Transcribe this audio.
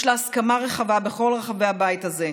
יש לה הסכמה רחבה בכל רחבי הבית הזה,